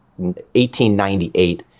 1898